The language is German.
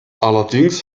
allerdings